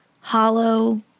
hollow